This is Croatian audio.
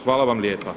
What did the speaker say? Hvala vam lijepa.